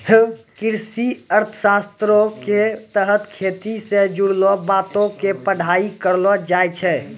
कृषि अर्थशास्त्रो के तहत खेती से जुड़लो बातो के पढ़ाई करलो जाय छै